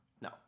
No